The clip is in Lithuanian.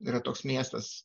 yra toks miestas